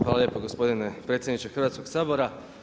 Hvala lijepo gospodine predsjedniče Hrvatskog sabora.